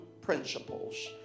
principles